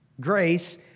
Grace